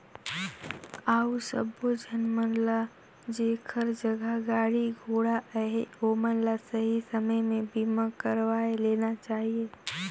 अउ सबो झन मन ल जेखर जघा गाड़ी घोड़ा अहे ओमन ल सही समे में बीमा करवाये लेना चाहिए